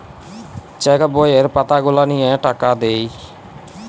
check বইয়ের পাতা গুলা লিয়ে টাকা দেয়